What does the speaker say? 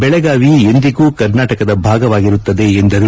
ಬೆಳಗಾವಿ ಎಂದಿಗೂ ಕರ್ನಾಟಕದ ಭಾಗವಾಗಿರುತ್ತದೆ ಎಂದರು